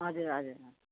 हजुर हजुर